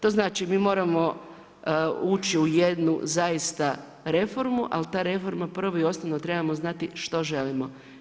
To znači mi moramo ući u jednu zaista reformu, ali ta reforma prvo i osnovno trebamo znati što želimo.